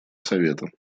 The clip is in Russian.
совета